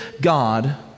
God